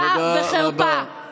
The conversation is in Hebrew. בושה וחרפה למערכת המשפט.